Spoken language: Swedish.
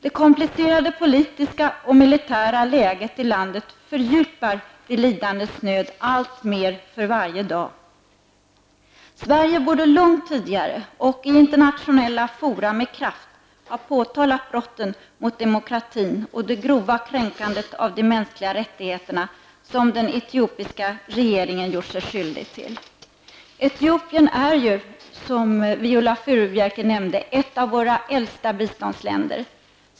Det komplicerade politiska och militära läget i landet fördjupar de lidandes nöd alltmer för varje dag. Sverige borde långt tidigare och i internationella fora med kraft ha påtalat brotten mot demokratin och det grova kränkandet av de mänskliga rättigheterna som den etiopiska regeringen gjort sig skyldig till. Etiopien är ju -- som Viola Furubjelke nämnde -- ett av våra äldsta biståndsländer.